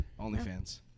OnlyFans